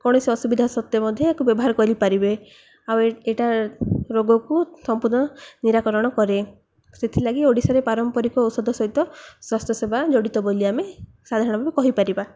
କୌଣସି ଅସୁବିଧା ସତ୍ତ୍ୱେ ମଧ୍ୟ ଏହାକୁ ବ୍ୟବହାର କରିପାରିବେ ଆଉ ଏଇଟା ରୋଗକୁ ସମ୍ପୂର୍ଣ୍ଣ ନିରାକରଣ କରେ ସେଥିଲାଗି ଓଡ଼ିଶାରେ ପାରମ୍ପରିକ ଔଷଧ ସହିତ ସ୍ୱାସ୍ଥ୍ୟ ସେବା ଜଡ଼ିତ ବୋଲି ଆମେ ସାଧାରଣ ଭାବେ କହିପାରିବା